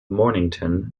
mornington